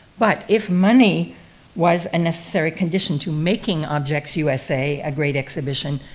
but, if money was a necessary condition to making objects usa a great exhibition,